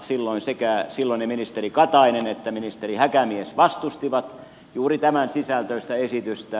silloin sekä silloinen ministeri katainen että ministeri häkämies vastustivat juuri tämänsisältöistä esitystä